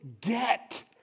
get